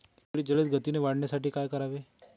केळी जलदगतीने वाढण्यासाठी काय करावे?